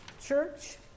church